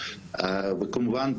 וכמובן,